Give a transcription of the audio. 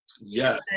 Yes